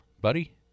buddy